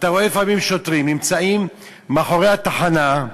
אתה רואה לפעמים שוטרים נמצאים מאחורי התחנה,